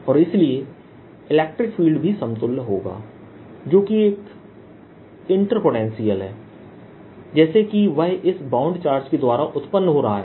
और इसलिए electric field भी समतुल्य होगा जो कि एक इंटर पोटेंशियल है जैसे कि वह इस बाउंड चार्ज के द्वारा उत्पन्न हो रहा है